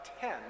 ten